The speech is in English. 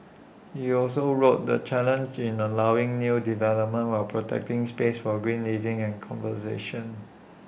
he also wrote the challenge in allowing new development while protecting space for green living and conversation